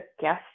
guest